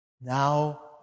now